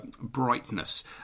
brightness